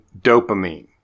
dopamine